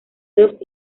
duff